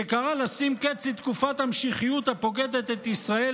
שקרא לשים קץ לתקופת המשיחיות הפוקדת את ישראל,